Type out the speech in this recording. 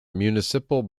municipal